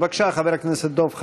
בבקשה, חבר הכנסת דב חנין.